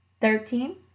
Thirteen